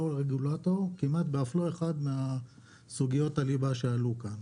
הרגולטור כמעט באף לא אחת מסוגיות הליבה שעלו כאן.